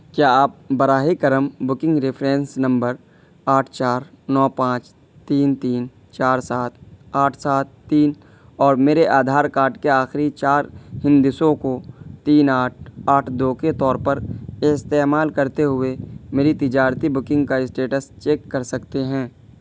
کیا آپ براہ کرم بکنگ ریفرنس نمبر آٹھ چار نو پانچ تین تین چار سات آٹھ سات تین اور میرے آدھار کارڈ کے آخری چار ہندسوں کو تین آٹھ آٹھ دو کے طور پر استعمال کرتے ہوئے میری تجارتی بکنگ کا اسٹیٹس چیک کر سکتے ہیں